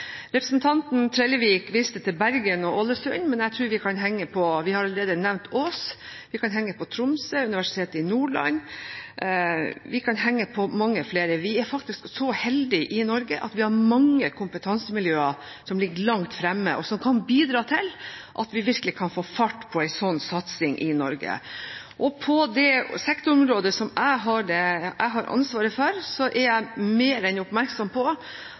Representanten Trellevik viste til Bergen og Ålesund, men jeg tror vi kan henge på – vi har allerede nevnt Ås – Tromsø, Universitetet i Nordland og mange flere. Vi er faktisk så heldige i Norge at vi har mange kompetansemiljøer som ligger langt fremme, og som kan bidra til at vi virkelig kan få fart på en slik satsing i Norge. For det sektorområdet som jeg har ansvar for, er jeg mer enn oppmerksom på